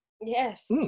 Yes